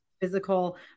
physical